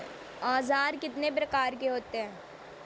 औज़ार कितने प्रकार के होते हैं?